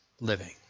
living